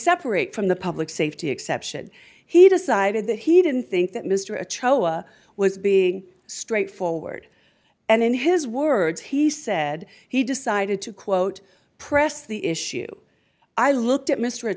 separate from the public safety exception he decided that he didn't think that mr cho was being straightforward and in his words he said he decided to quote press the issue i looked at m